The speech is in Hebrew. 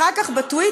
אחר כך בטוויטר,